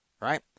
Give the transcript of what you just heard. right